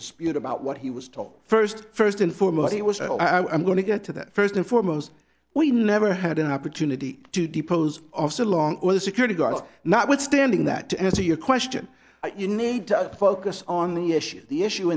dispute about what he was told first first and foremost he was i'm going to get to that first and foremost we never had an opportunity to depose of so long the security guards notwithstanding that to answer your question you need to focus on the issue the issue